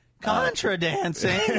Contra-dancing